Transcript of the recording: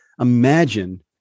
imagine